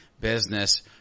business